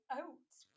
oats